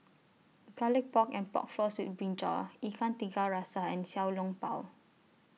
Garlic Pork and Pork Floss with Brinjal Ikan Tiga Rasa and Xiao Long Bao